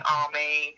army